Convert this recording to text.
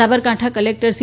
Sabarkantha collector C